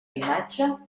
imatge